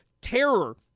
terror